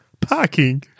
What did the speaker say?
Parking